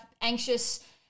anxious